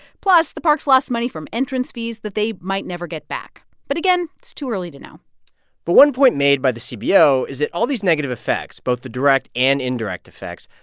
plus, the parks lost money from entrance fees that they might never get back. but again, it's too early to know but one point made by the cbo is that all these negative effects, both the direct and indirect effects,